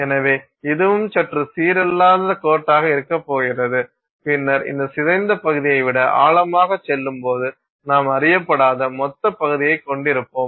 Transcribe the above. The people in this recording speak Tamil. எனவே இதுவும் சற்று சீரல்லாத கோட்டாக இருக்கப் போகிறது பின்னர் இந்த சிதைந்த பகுதியை விட ஆழமாகச் செல்லும்போது நாம் அறியப்படாத மொத்தப் பகுதியைக் கொண்டிருப்போம்